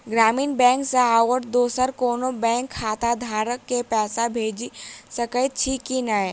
ग्रामीण बैंक सँ आओर दोसर कोनो बैंकक खाताधारक केँ पैसा भेजि सकैत छी की नै?